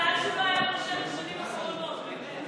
מזל שהוא לא היה פה בשבע השנים האחרונות, באמת.